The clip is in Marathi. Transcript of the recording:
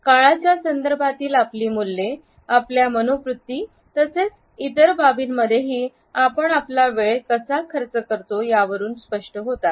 काळाच्या संदर्भातील आपली मूल्ये आपल्या मनोवृत्ती तसेच इतर बाबींमध्येही आपण आपला वेळ कसा खर्च करतो यावरून स्पष्ट होतात